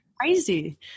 crazy